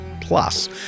plus